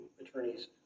attorneys